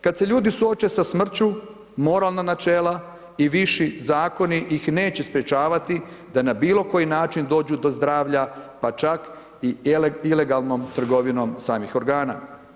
Kada se ljudi suoče sa smrču, moralna načela i viši zakoni ih neće sprečavati da na bilo koji način dođu do zdravlja, pa čak i ilegalnom trgovinom samih organa.